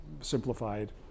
simplified